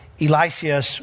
Elisha